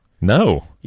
No